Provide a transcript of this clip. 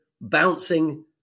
bouncing